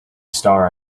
star